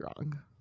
wrong